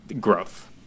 growth